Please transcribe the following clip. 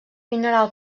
mineral